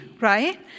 right